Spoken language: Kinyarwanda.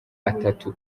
atatu